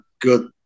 good